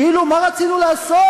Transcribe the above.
כאילו מה רצינו לעשות.